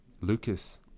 Lucas